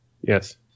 Yes